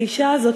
האישה הזאת,